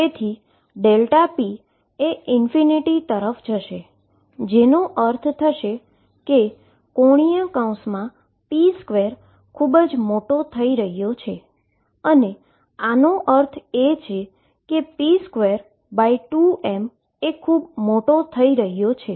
તેથી Δp એ તરફ જશે જેનો અર્થ થશે કે ⟨p2⟩ ખૂબ મોટો થઈ રહ્યો છે અને આનો અર્થ એ થાય છે કે p22m એ ખૂબ મોટો થઈ રહ્યો છે